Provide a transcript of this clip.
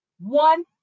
one